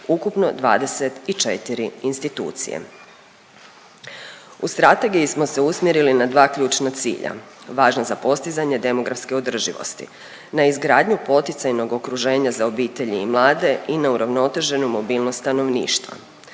ukupno 24 institucije. U strategiji smo se usmjerili na dva ključna cilja važna za postizanje demografske održivosti na izgradnju poticajnog okruženja za obitelji i mlade i na uravnoteženu mobilnost stanovništva.